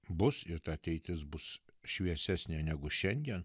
bus ir ta ateitis bus šviesesnė negu šiandien